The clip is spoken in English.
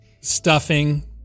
stuffing